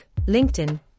LinkedIn